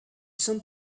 some